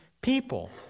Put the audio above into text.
people